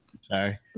Sorry